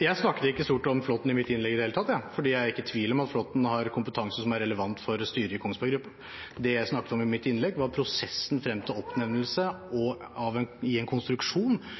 Jeg snakket ikke stort om Flåthen i mitt innlegg i det hele tatt, fordi jeg ikke er i tvil om at han har kompetanse som er relevant for styret i Kongsberg Gruppen. Det jeg snakket om i mitt innlegg, var prosessen frem til oppnevnelse, i en konstruksjon som verken statsråden eller andre tilstedeværende som ble spurt om det, hadde noen kjennskap til i